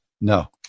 No